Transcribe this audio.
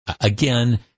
again